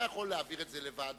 אתה יכול להעביר לוועדה.